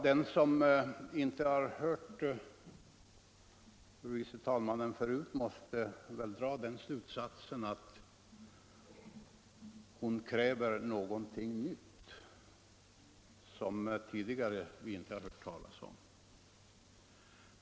Den som inte har hört fru Nettelbrandt förut måste väl dra den slutsatsen att hon kräver någonting nytt, någonting som vi tidigare inte har hört talas om.